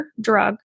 drug